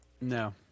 No